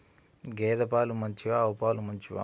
గేద పాలు మంచివా ఆవు పాలు మంచివా?